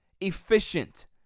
Efficient